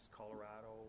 colorado